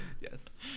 Yes